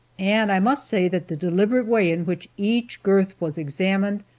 and i must say that the deliberate way in which each girth was examined,